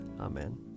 Amen